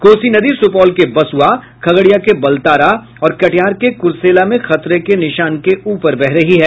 कोसी नदी सुपौल के बसुआ खगड़िया के बलतारा और कटिहार के कुरसेला में खतरे के निशान के ऊपर बह रही है